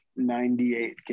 98